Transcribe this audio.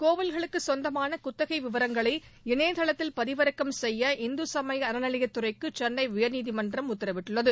கோவில்களுக்குச் சொந்தமான குத்தகை விவரங்களை இணையதளத்தில் பதிவிறக்கம் செய்ய இந்து சமய அறநிலையத் துறைக்கு சென்னை உயர்நீதிமன்றம் உத்தரவிட்டுள்ளது